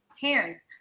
parents